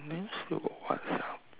then still got what sia